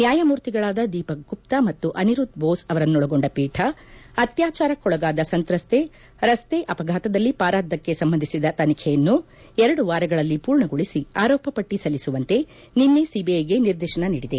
ನ್ಯಾಯಮೂರ್ತಿಗಳಾದ ದೀಪಕ್ ಗುಪ್ತಾ ಮತ್ತು ಅನಿರುದ್ದ್ ಭೋಸ್ ಅವರನ್ನೊಳಗೊಂಡ ಪೀಠ ಅತ್ಯಾಚಾರಕ್ಕೊಳಗಾದ ಸಂತ್ರಸ್ತೆ ರಸ್ತೆ ಅಪಘಾತದಲ್ಲಿ ಪಾರಾದ್ದಕ್ಕೆ ಸಂಬಂಧಿಸಿದ ತನಿಖೆಯನ್ನು ಎರಡು ವಾರಗಳಲ್ಲಿ ಪೂರ್ಣಗೊಳಿಸಿ ಆರೋಪ ಪಟ್ಟಿ ಸಲ್ಲಿಸುವಂತೆ ನಿನ್ನೆ ಸಿಬಿಐಗೆ ನಿರ್ದೇಶನ ನೀಡಿದೆ